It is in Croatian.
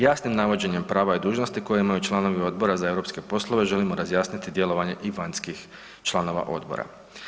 Jasnim navođenjem prava i dužnosti koje imaju članova Odbora za europske poslove, želimo razjasniti i djelovanje i vanjskih članova odbora.